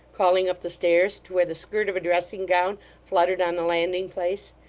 calling up the stairs, to where the skirt of a dressing-gown fluttered on the landing-place.